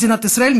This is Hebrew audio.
מדינת ישראל,